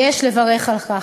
ויש לברך על כך.